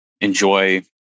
enjoy